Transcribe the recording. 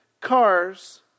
cars